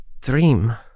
dream